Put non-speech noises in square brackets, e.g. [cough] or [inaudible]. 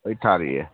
[unintelligible]